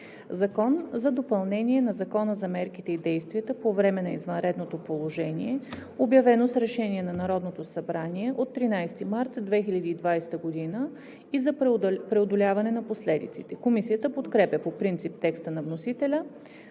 „Закон за допълнение на Закона за мерките и действията по време на извънредното положение, обявено с решение на Народното събрание от 13 март 2020 г., и за преодоляване на последиците (обн., ДВ, бр. ...)“.“ Комисията подкрепя по принцип текста на вносителя